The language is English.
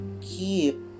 keep